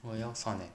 我要算了